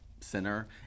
center